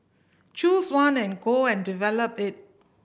choose one and go and develop it